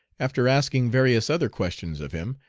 after asking various other questions of him,